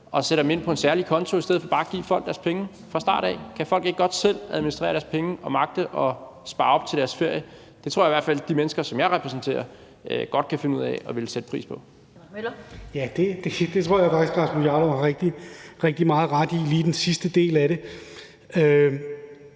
og sætter dem ind på en særlig konto i stedet for bare at give folk deres penge fra starten af? Kan folk ikke godt selv administrere deres penge og magte at spare op til deres ferie? Det tror jeg i hvert fald, at de mennesker, som jeg repræsenterer, godt kan finde ud af og vil sætte pris på. Kl. 17:43 Den fg. formand (Annette Lind): Hr. Henrik Møller.